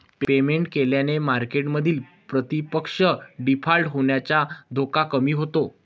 payment केल्याने मार्केटमधील प्रतिपक्ष डिफॉल्ट होण्याचा धोका कमी होतो